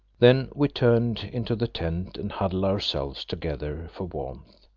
then we turned into the tent and huddled ourselves together for warmth,